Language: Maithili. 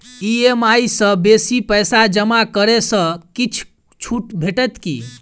ई.एम.आई सँ बेसी पैसा जमा करै सँ किछ छुट भेटत की?